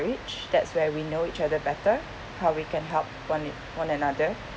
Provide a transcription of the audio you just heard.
~riage that's where we know each other better how we can help one it one another